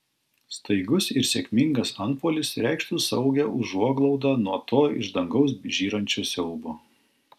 staigus ir sėkmingas antpuolis reikštų saugią užuoglaudą nuo to iš dangaus žyrančio siaubo